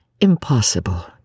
impossible